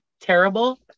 terrible